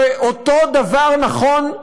ואותו דבר נכון,